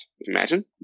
imagine